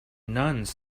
nuns